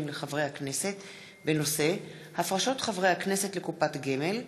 לחברי הכנסת בנושא: הפרשות חברי הכנסת לקופת גמל,